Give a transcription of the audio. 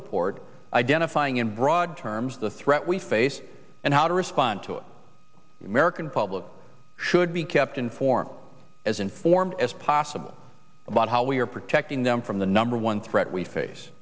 report identifying in broad terms the threat we face and how to respond to it american public should be kept informed as informed as possible about how we are protecting them from the number one threat we face